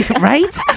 right